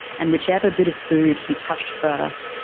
and whichever bit of food he touched first,